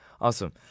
awesome